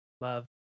love